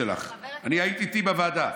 הייתי איתך בוועדה.